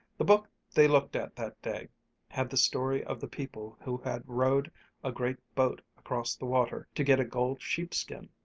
the book they looked at that day had the story of the people who had rowed a great boat across the water to get a gold sheepskin,